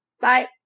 Bye